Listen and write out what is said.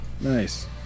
Nice